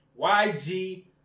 YG